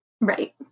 Right